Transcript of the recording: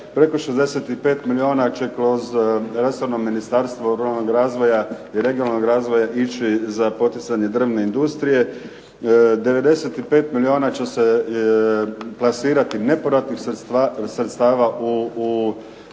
Preko 65 milijuna će kroz resorno Ministarstvo ruralnog razvoja i regionalnog razvoja ići za poticanje drvne industrije. 95 milijuna će se plasirati nepovratnih sredstava u, dakle